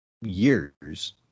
years